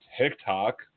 TikTok